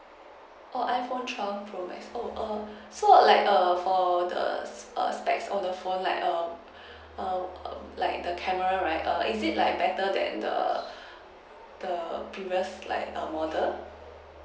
oh iphone twelve pro max oh err so like err for the err specks of the phone like a a like the camera right err is it like better than the the previous like err model